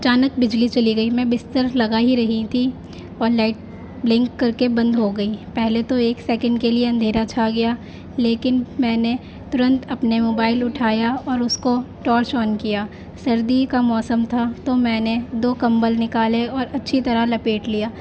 چانک بجلی چلی گئی میں بستر لگا ہی رہی تھی اور لائٹ بلنک کر کے بند ہو گئی پہلے تو ایک سیکنڈ کے لیے اندھیرا چھا گیا لیکن میں نے ترنت اپنے موبائل اٹھایا اور اس کو ٹارچ آن کیا سردی کا موسم تھا تو میں نے دو کمبل نکالے اور اچھی طرح لپیٹ لیا